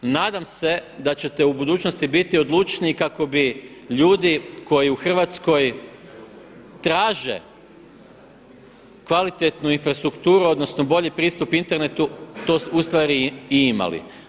Nadam se da ćete u budućnosti biti odlučniji kako bi ljudi koji u Hrvatskoj traže kvalitetnu infrastrukturu odnosno bolji pristup internetu to smo ustvari i imali.